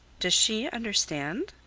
does she understand?